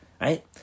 right